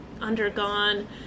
undergone